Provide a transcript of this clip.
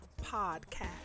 podcast